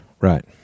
Right